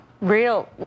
real